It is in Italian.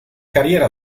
carriera